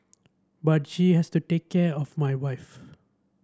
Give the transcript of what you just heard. but she has to take care of my wife